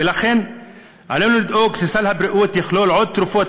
ולכן עלינו לדאוג שסל הבריאות יכלול עוד תרופות